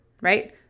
right